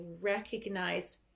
recognized